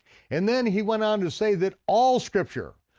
and then he went on to say that all scripture,